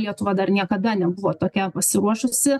lietuva dar niekada nebuvo tokia pasiruošusi